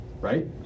Right